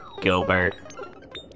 gilbert